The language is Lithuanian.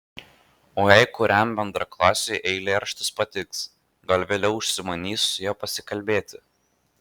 o jei kuriam bendraklasiui eilėraštis patiks gal vėliau užsimanys su ja pasikalbėti